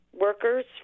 workers